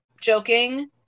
joking